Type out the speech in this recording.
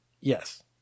yes